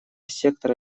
сектора